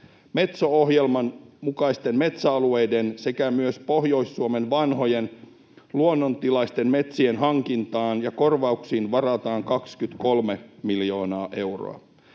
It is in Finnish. Metso-ohjelman mukaisten metsäalueiden sekä myös Pohjois-Suomen vanhojen luonnontilaisten metsien hankintaan ja korvauksiin varataan 23 miljoonaa euroa.